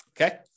okay